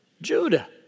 Judah